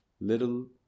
little